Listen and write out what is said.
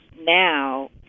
now